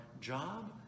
job